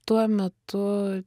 tuo metu